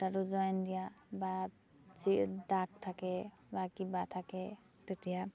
তাতো জইন দিয়া বা দাগ থাকে বা কিবা থাকে তেতিয়া